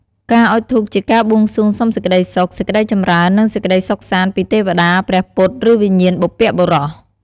ការអុជធូបជាការបួងសួងសុំសេចក្តីសុខ សេចក្តីចម្រើន និងសេចក្តីសុខសាន្តពីទេវតា ព្រះពុទ្ធ ឬវិញ្ញាណបុព្វបុរស។